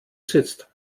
sitzt